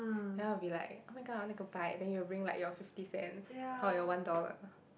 then I'll be like oh-my-god I wanna go and buy then you'll bring like your fifty cents or your one dollar